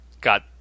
got